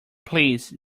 please